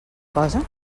cosa